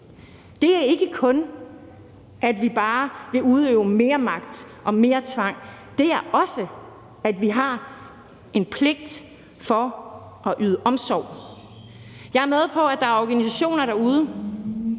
Det er ikke kun, at vi bare vil udøve mere magt og mere tvang, det er også, at vi har en pligt til at yde omsorg. Jeg er med på, at der er organisationer derude,